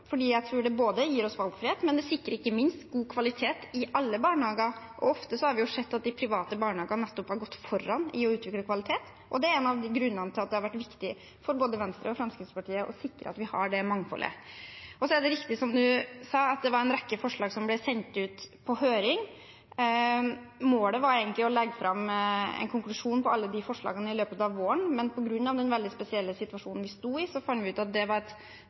jeg tror det gir oss valgfrihet, men det sikrer ikke minst god kvalitet i alle barnehager. Ofte har vi sett at de private barnehagene nettopp har gått foran i å utvikle kvalitet, og det er en av grunnene til at det har vært viktig for både Venstre og Fremskrittspartiet å sikre at vi har det mangfoldet. Så er det riktig, som representanten sa, at det var en rekke forslag som ble sendt ut på høring. Målet var egentlig å legge fram en konklusjon på alle de forslagene i løpet av våren, men på grunn av den veldig spesielle situasjonen vi sto i, fant vi ut at det var et